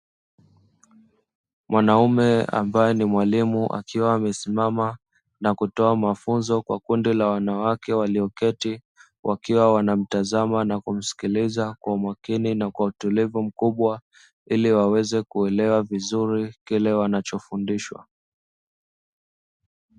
Mwanaume ambaye ni mwalimu, akiwa amesimama na kutoa mafunzo kwa kundi la wanawake walioketi, wakiwa wanamtazama na kumsikiliza kwa umakini na kwa utulivu mkubwa ili waweze kuelewa vizuri kile wanachofundishwa.